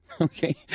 Okay